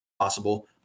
possible